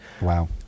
Wow